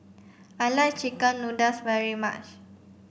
I like chicken noodles very much